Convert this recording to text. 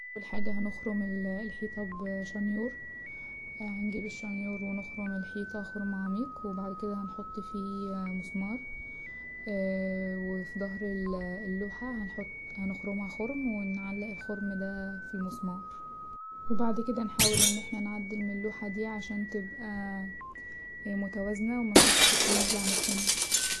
اول حاجة هنخرم الحيطة بشنيورهنجيب الشنيور ونخرم الحيطة خرم عميق وبعد كده هنحط فيه مسمار وفي ضهر ال- اللوحة هنحط- هنخرمها خرم ونعلق الخرم ده في المسمار وبعد كده نحاول ان احنا نعدل من اللوحة دي عشان تبقى متوازنة ومفيش حتى نازلة عن التانية.